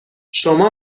شما